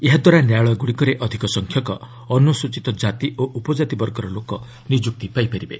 ଏହାଦ୍ୱାରା ନ୍ୟାୟାଳୟଗୁଡ଼ିକରେ ଅଧିକ ସଂଖ୍ୟକ ଅନୁସ୍ରଚୀତ କାତି ଓ ଉପଜାତି ବର୍ଗର ଲୋକ ନିଯୁକ୍ତି ପାଇବେ